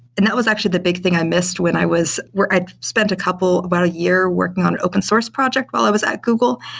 and that was actually the big thing i missed when i was i had spent a couple, about a year, working on open source project while i was at google,